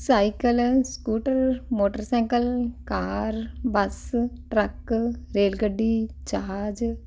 cycle scooter motorcycle car bus truck rail ਗੱਡੀ ਜਹਾਜ਼